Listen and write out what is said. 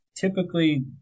Typically